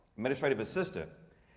administrative assistant.